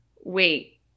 wait